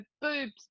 boobs